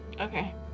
okay